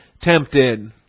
tempted